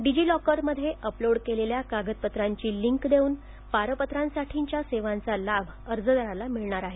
डिजीलॉकरमध्ये अपलोड केलेल्या कागदपत्रांची लिंक देऊन पारपत्रांसाठीच्या सेवांचा लाभ अर्जदाराला मिळणार आहे